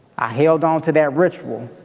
i held onto that ritual